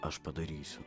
aš padarysiu